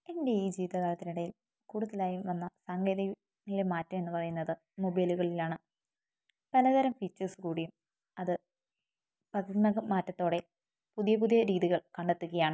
എന്റെ ഈ ജീവിത കാലത്തിനിടയിൽ കൂടുതലായും വന്ന സാങ്കേതിക വിദ്യയിലെ മാറ്റം എന്നു പറയുന്നത് മൊബൈലുകളിലാണ് പലതരം ഫീച്ചേർസ് കൂടിയും അത് മാറ്റത്തോടെ പുതിയ പുതിയ രീതികൾ കണ്ടെത്തുകയാണ്